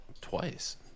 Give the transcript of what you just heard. twice